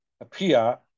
appear